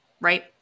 Right